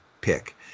pick